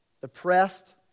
depressed